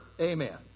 Amen